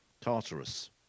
Tartarus